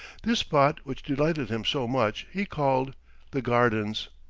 this spot which delighted him so much, he called the gardens.